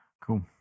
cool